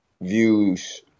views